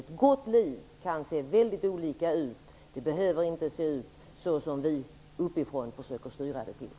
Ett gott liv kan se mycket olika ut. Det behöver inte se ut så som vi uppifrån försöker styra det till.